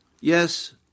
yes